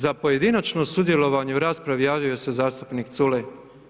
Za pojedinačno sudjelovanje u raspravi, javio se zastupnik Culej.